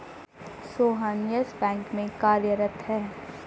Sohan Yes Bank में कार्यरत है